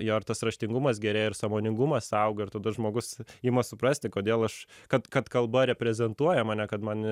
jo ir tas raštingumas gerėja ir sąmoningumas auga ir tada žmogus ima suprasti kodėl aš kad kad kalba reprezentuoja mane kad man